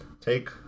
take